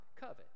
covet